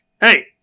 hey